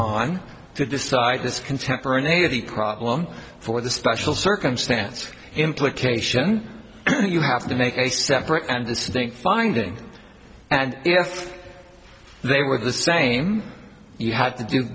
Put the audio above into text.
on to decide this contemporaneity problem for the special circumstance implication you have to make a separate and distinct finding and if they were the same you had to do